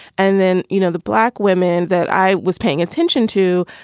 and then, you know, the black women that i was paying attention to,